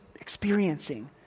experiencing